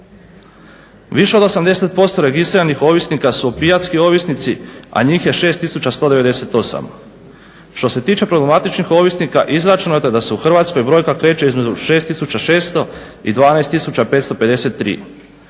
Više od 80% registriranih ovisnika su opijatski ovisnici, a njih je 6198. Što se tiče problematičnih ovisnika izračunato je da se u Hrvatskoj brojka kreće između 6600 i 12553,